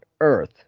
Earth